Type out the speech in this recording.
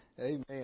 Amen